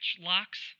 locks